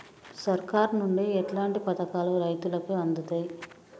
సర్కారు నుండి ఎట్లాంటి పథకాలు రైతులకి అందుతయ్?